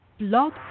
Blog